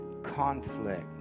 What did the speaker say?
conflict